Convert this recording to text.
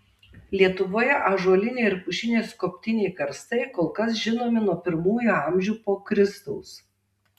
lietuvoje ąžuoliniai ar pušiniai skobtiniai karstai kol kas žinomi nuo pirmųjų amžių po kristaus